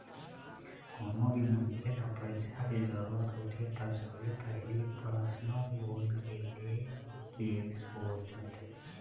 कोनो भी मनखे ल पइसा के जरूरत होथे त सबले पहिली परसनल लोन ले के सोचथे